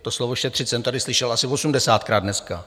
To slovo šetřit jsem tady slyšel asi osmdesátkrát dneska.